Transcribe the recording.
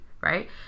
right